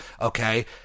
Okay